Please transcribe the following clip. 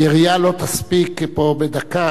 היריעה לא תספיק פה בדקה,